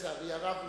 לצערי הרב,